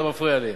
אתה מפריע לי.